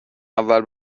اول